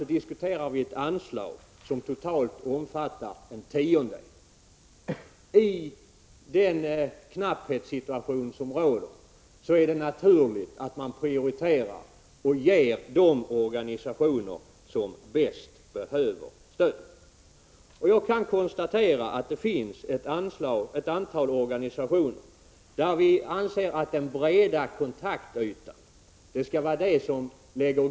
Nu diskuterar vi ett anslag som totalt omfattar en tiondel därav. I den situation med knappa ekonomiska resurser som råder är det naturligt att man prioriterar och ger stöd åt de organisationer som bäst behöver det. Jag anser att särskilt organisationsstöd skall utgå till organisationer med en bred kontaktyta, och det finns ett antal sådana.